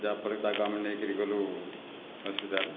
ଯାହାଫଳରେ ତାଙ୍କୁ ଆମେ ନେଇକରି ଗଲୁ ହସ୍ପିଟାଲ